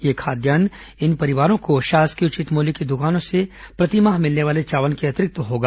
यह खोद्यान्न इन परिवारों को शासकीय उचित मूल्य की दुकानों से प्रतिमाह मिलने वाले चावल के अतिरिक्त होगा